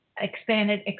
expanded